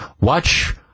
watch